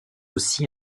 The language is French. aussi